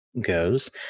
goes